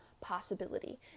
possibility